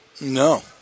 No